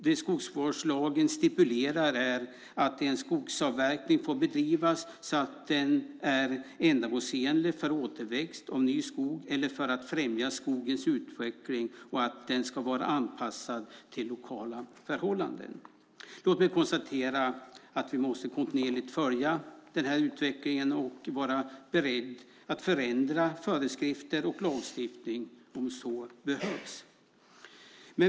Det skogsvårdslagen stipulerar är att en skogsavverkning får bedrivas om den är ändamålsenlig för återväxt av ny skog eller om den främjar skogens utveckling, och den ska vara anpassad till lokala förhållanden. Vi måste kontinuerligt följa utvecklingen och vara beredda att förändra föreskrifter och lagstiftning om så behövs.